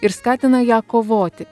ir skatina ją kovoti